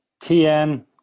TN